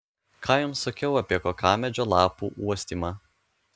ką jums sakiau apie kokamedžio lapų uostymą